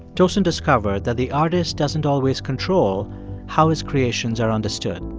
tosin discovered that the artist doesn't always control how his creations are understood.